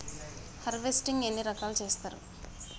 Harvesting ఎన్ని రకాలుగా చేస్తరు?